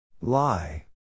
Lie